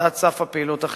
והורדת סף הפעילות החברתית.